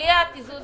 בלי התיזוז